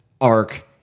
arc